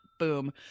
Boom